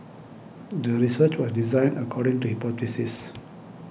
the research was designed according to hypothesis